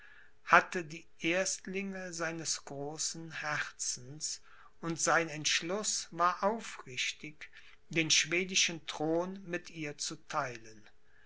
hatte die erstlinge seines großen herzens und sein entschluß war aufrichtig den schwedischen thron mit ihr zu theilen